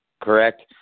Correct